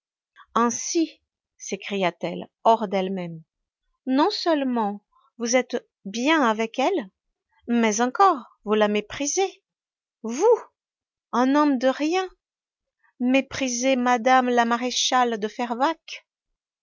ainsi s'écria-t-elle hors d'elle-même non seulement vous êtes bien avec elle mais encore vous la méprisez vous un homme de rien mépriser mme la maréchale de fervaques